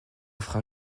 offre